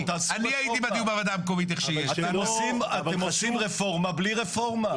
אם אתם רוצים דיור להשכרה תעשו -- -אתם עושים רפורמה בלי רפורמה.